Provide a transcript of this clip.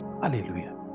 Hallelujah